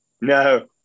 No